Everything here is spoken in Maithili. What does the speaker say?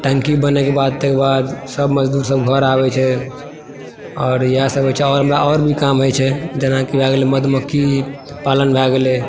टंकी बनय के बाद तेकर बाद सब मज़दूर सब घर आबै छै आओर इएह सब होइ छै आओर हमरा आओर भी काम रहै छै जेनाकि भए गेलैयश मधुमक्खी पालन भए गेलै